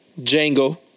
Django